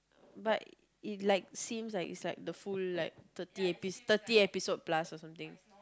but it like seems like it's like the full like thirty epi~ thirty episode plus or something